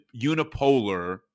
unipolar